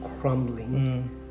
crumbling